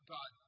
God